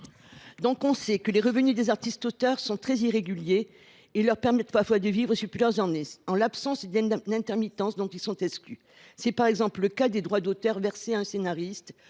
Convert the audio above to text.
cet amendement. Les revenus des artistes auteurs sont très irréguliers et leur permettent parfois de vivre pendant plusieurs années, en l’absence d’intermittences, dont ils sont exclus. C’est par exemple le cas des droits d’auteur versés à un scénariste